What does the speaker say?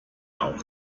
auch